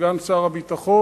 סגן שר הביטחון,